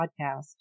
podcast